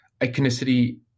iconicity